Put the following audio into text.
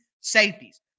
safeties